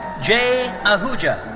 jai ahuja.